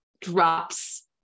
Drops